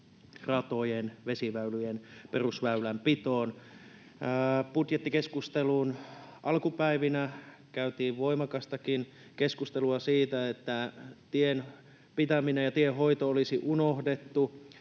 ratojen ja vesiväylien perusväylänpitoon. Budjettikeskustelun alkupäivinä käytiin voimakastakin keskustelua siitä, että tien pitäminen ja tienhoito olisi unohdettu.